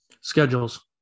schedules